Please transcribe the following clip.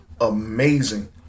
amazing